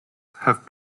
have